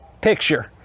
picture